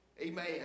Amen